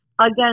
Again